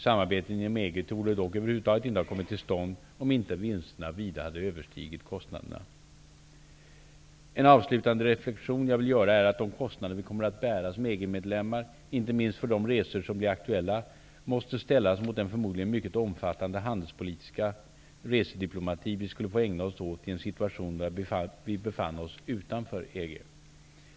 Samarbetet inom EG torde dock över huvud taget inte ha kommit till stånd om inte vinsterna vida hade överstigit kostnaderna. En avslutande reflexion jag vill göra är att de kostnader vi kommer att bära som EG medlemmar, inte minst för de resor som blir aktuella, måste ställas mot den förmodligen mycket omfattande handelspolitiska resediplomati som vi skulle få ägna oss åt i en situation där vi befann oss utanför EG.